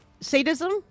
sadism